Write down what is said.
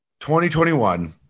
2021